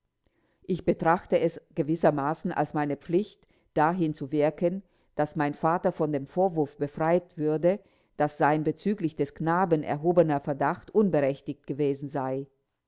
ich betrachtete es gewissermaßen als meine pflicht dahin zu wirken daß mein vater von dem vorwurf befreit würde daß sein bezüglich des knaben erhobener verdacht unberechtigt gewesen sei